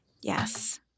Yes